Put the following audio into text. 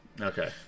Okay